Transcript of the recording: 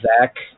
Zach